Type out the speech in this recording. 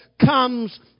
comes